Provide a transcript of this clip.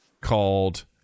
called